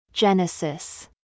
Genesis